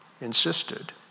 insisted